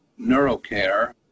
NeuroCare